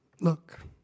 look